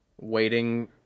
waiting